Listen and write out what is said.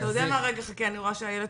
אתה יודע מה רגע חכה, אני רואה שאיילת